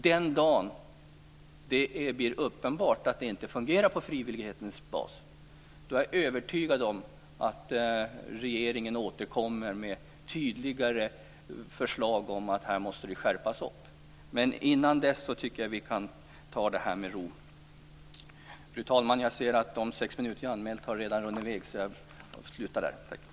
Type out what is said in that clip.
Den dag som det blir uppenbart att det inte fungerar på frivillighetens bas är jag övertygad om att regeringen återkommer med tydligare förslag om att det måste ske en skärpning. Men innan dess tycker jag att vi kan ta detta med ro.